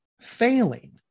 failing